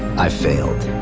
i failed,